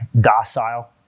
docile